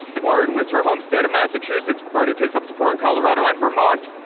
warren wins her home state of massachusetts. bernie picks up support in colorado and vermont.